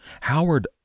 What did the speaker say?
Howard